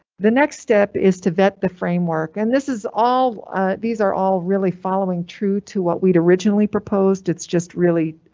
the next step is to vet the framework and this is all these are all really following true to what we'd originally proposed. it's just really